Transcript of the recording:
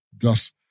thus